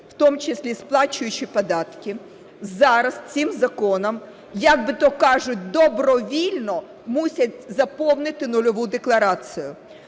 в тому числі сплачуючи податки, зараз цим законом як би то кажуть, добровільно мусять заповнити нульову декларацію.